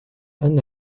ann